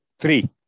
Three